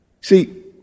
See